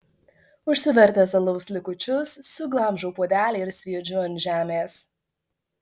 užsivertęs alaus likučius suglamžau puodelį ir sviedžiu ant žemės